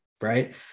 right